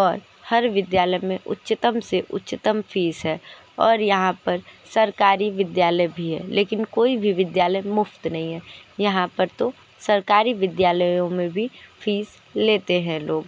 और हर विद्यालय में उच्चतम से उच्चतम फीस है और यहाँ पर सरकारी विद्यालय भी है लेकिन कोई भी विद्यालय मुफ्त नहीं है यहाँ पर तो सरकारी विद्यालयों में भी फीस लेते हैं लोग